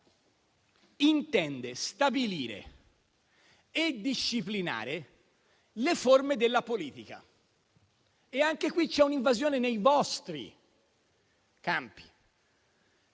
intende stabilire e disciplinare le forme della politica e anche qui c'è un'invasione nei vostri campi.